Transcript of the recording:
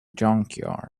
junkyard